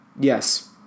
Yes